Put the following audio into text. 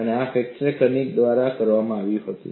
અને આ ખરેખર કનિનેન દ્વારા કરવામાં આવ્યું હતું